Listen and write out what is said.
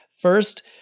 First